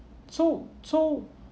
so so